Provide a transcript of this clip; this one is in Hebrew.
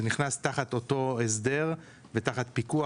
וזה נכנס תחת אותו הסדר ותחת פיקוח,